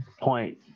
point